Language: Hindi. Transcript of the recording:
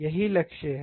यही लक्ष्य है